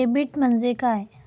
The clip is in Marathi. डेबिट म्हणजे काय?